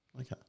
Okay